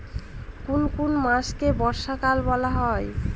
কোন কোন মাসকে বর্ষাকাল বলা হয়?